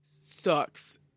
sucks